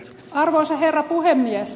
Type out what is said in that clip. arvoisa herra puhemies